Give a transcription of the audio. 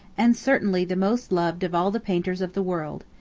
and certainly the most loved of all the painters of the world.